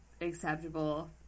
Acceptable